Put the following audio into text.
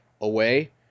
away